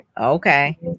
Okay